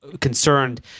concerned